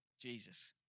Jesus